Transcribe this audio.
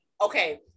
okay